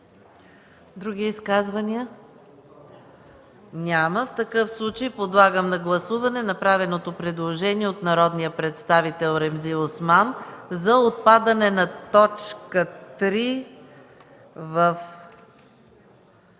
Други изказвания? Няма. Подлагам на гласуване направеното предложение от народния представител Ремзи Осман – отпадане на т. 3 в